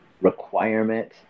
requirement